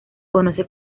conoce